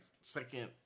second